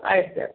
ಆಯ್ತು ಸರ್